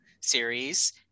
series